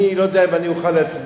אני לא יודע אם אני אוכל להצביע.